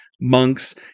monks